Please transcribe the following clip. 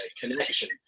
connection